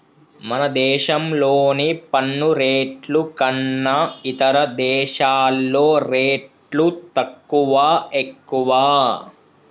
మన దేశంలోని పన్ను రేట్లు కన్నా ఇతర దేశాల్లో రేట్లు తక్కువా, ఎక్కువా